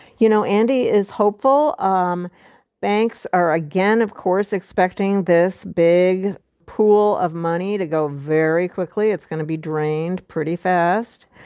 you know, andy is hopeful. um banks are again of course expecting this big pool of money to go very quickly. it's gonna be drained pretty fast.